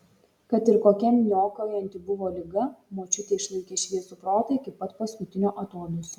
kad ir kokia niokojanti buvo liga močiutė išlaikė šviesų protą iki pat paskutinio atodūsio